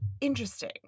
interesting